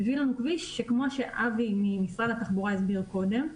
מביא לנו כביש שכמו שאבי ממשרד התחבורה הסביר קודם,